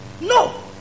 No